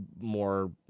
more